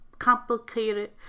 complicated